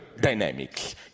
dynamics